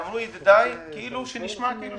ואמרו ידידיי שנשמע כאילו